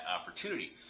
opportunity